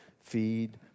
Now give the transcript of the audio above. feed